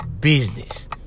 business